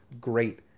great